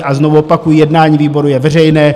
A znovu opakuji, jednání výboru je veřejné.